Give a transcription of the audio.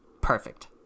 perfect